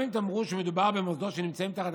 גם אם תאמרו שמדובר במוסדות שנמצאים תחת